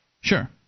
Sure